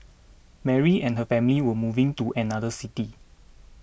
Mary and her family were moving to another city